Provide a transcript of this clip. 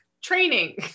training